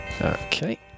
Okay